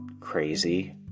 Crazy